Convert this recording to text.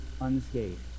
unscathed